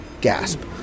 Gasp